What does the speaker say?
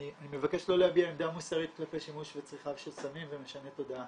אני מבקש לא להביע עמדה מוסרית כלפי שימוש וצריכה של סמים ומשני תודעה,